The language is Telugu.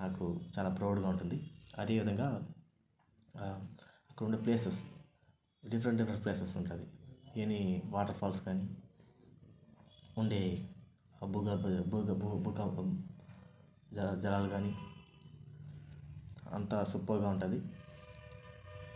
నాకు చాలా ప్రౌడ్గా ఉంటుంది అదేవిధంగా అక్కడ ఉండే ప్లేసెస్ డిఫరెంట్ డిఫరెంట్ ప్లేసెస్ ఉంటుంది ఎనీ వాటర్ఫాల్స్ కానీ ఉండే జలాలు కానీ అంతా సూపర్గా ఉంటుంది